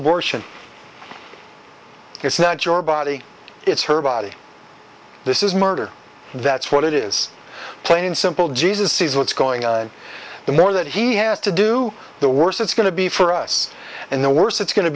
abortion it's not your body it's her body this is murder that's what it is plain and simple jesus sees what's going on and the more that he has to do the worse it's going to be for us and the worse it's going to